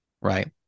right